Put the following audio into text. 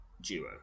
duo